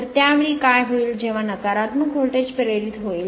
तर त्या वेळी काय होईल जेव्हा नकारात्मक व्होल्टेज प्रेरित होईल